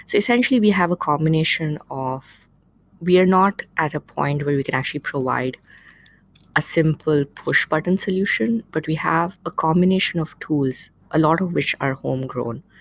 so essentially, we have a combination of we're not at a point where we could actually provide a simple push button solution, but we have a combination of tools, a lot of which are homegrown,